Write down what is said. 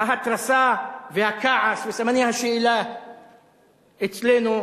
ההתרסה והכעס וסימני השאלה אצלנו,